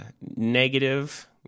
negative